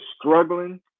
struggling